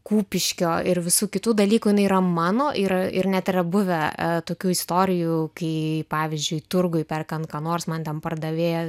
kupiškio ir visų kitų dalykų jinai yra mano yra ir net yra buvę tokių istorijų kai pavyzdžiui turguj perkant ką nors man ten pardavėja